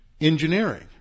Engineering